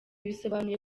bisobanuye